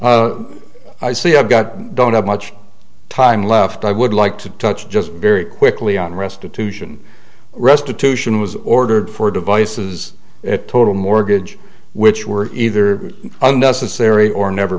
i see i've got don't have much time left i would like to touch just very quickly on restitution restitution was ordered for devices at total mortgage which were either unnecessary or never